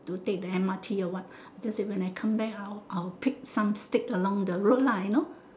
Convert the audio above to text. to take the M_R_T or what just say then when I come back out I will pick some stick along the road lah you know